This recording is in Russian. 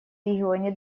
регионе